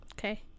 Okay